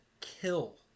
kill